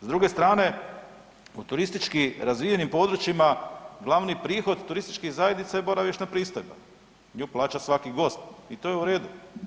S druge strane u turistički razvijenim područjima glavni prihod turističkih zajednica je boravišna pristojba, nju plaća svaki gost i to je u redu.